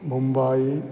Mumbai